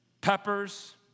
peppers